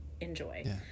enjoy